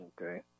Okay